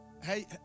Hey